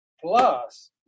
plus